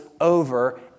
over